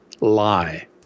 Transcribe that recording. lie